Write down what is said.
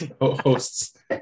hosts